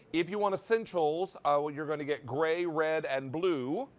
if you want essential, ah ah you're going to get gray, red, and blue.